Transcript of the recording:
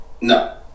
No